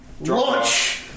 Launch